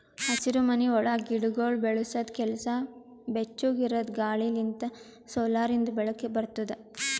ಹಸಿರುಮನಿ ಒಳಗ್ ಗಿಡಗೊಳ್ ಬೆಳಸದ್ ಕೆಲಸ ಬೆಚ್ಚುಗ್ ಇರದ್ ಗಾಳಿ ಲಿಂತ್ ಸೋಲಾರಿಂದು ಬೆಳಕ ಬರ್ತುದ